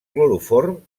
cloroform